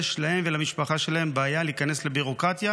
יש להם ולמשפחה שלהם בעיה להיכנס לביורוקרטיה